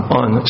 on